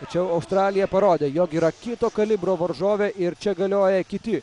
tačiau australija parodė jog yra kito kalibro varžovė ir čia galioja kiti